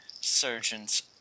surgeon's